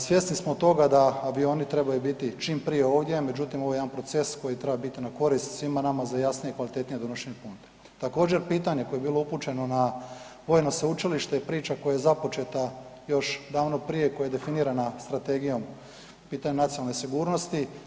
Svjesni smo toga da avioni trebaju biti čim prije ovdje međutim ovo je jedan proces koji treba biti na korist svima nama za jasnije i kvalitetnije donošenje ... Također, pitanje koje je bilo upućeno na vojno sveučilište, priča koja je započeta još davno prije, koja je definirana Strategijom pitanja nacionalne sigurnosti.